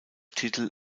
titel